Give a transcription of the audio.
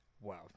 Wow